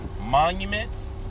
Monuments